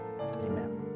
Amen